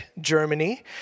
Germany